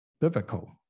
biblical